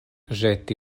ĵeti